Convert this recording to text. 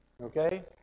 Okay